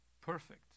perfect